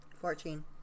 Fourteen